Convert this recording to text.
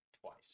Twice